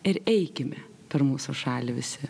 ir eikime per mūsų šalį visi